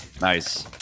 Nice